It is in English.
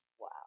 Wow